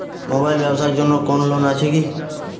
Mobile এর ব্যাবসার জন্য কোন লোন আছে কি?